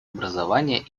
образования